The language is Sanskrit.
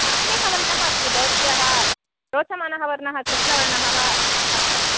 अन्यः वर्णाः अस्ति भवत्याः रोचमानः वर्णः कृष्णवर्णः वा अस्ति